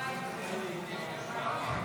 שהייה וישיבה בישראל שלא כדין (תיקוני חקיקה),